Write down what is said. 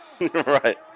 Right